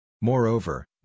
Moreover